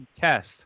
test